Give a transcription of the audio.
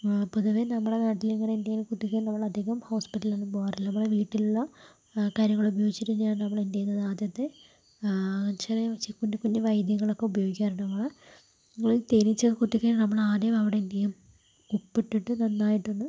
പൊതുവെ നമ്മുടെ നാട്ടില് ഇങ്ങനെ എന്തെങ്കിലും കുത്തിയിട്ടുണ്ടെങ്കിൽ അധികം ഹോസ്പിറ്റലിൽ ഒന്നും പോകാറില്ല നമ്മുടെ വീട്ടിലുള്ള കാര്യങ്ങൾ ഉപയോഗിച്ച് തന്നെയാണ് നമ്മൾ എന്ത് ചെയ്യുന്നത് ആദ്യത്തെ ചെറിയ കുഞ്ഞുകുഞ്ഞ് വൈദ്യങ്ങള് ഒക്കെ ഉപയോഗിക്കാറുണ്ട് നമ്മള് നമ്മള് തേനീച്ച കുത്തിക്കഴിഞ്ഞാല് ആദ്യം നമ്മൾ അവിടെ എന്ത് ചെയ്യും ഉപ്പ് ഇട്ടിട്ട് നന്നായിട്ട് ഒന്ന്